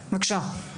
בבקשה.